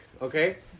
okay